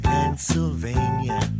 Pennsylvania